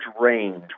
range